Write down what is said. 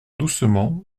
doucement